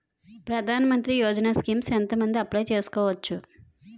ప్రధాన మంత్రి యోజన స్కీమ్స్ ఎంత మంది అప్లయ్ చేసుకోవచ్చు?